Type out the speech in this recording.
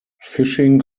fishing